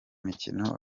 mikino